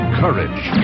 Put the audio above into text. courage